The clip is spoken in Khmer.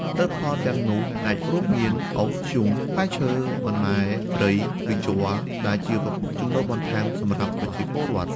ផលិតផលទាំងនោះអាចរួមមានអុស ធ្យូង ផ្លែឈើ បន្លែព្រៃ ឬជ័រ ដែលជាប្រភពចំណូលបន្ថែមសម្រាប់ប្រជាពលរដ្ឋ។